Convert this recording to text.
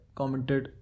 commented